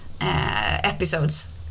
episodes